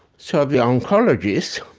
so the oncologist